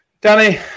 Danny